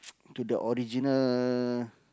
to the original